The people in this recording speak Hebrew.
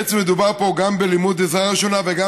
בעצם מדובר פה גם בלימוד עזרה ראשונה וגם